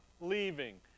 leaving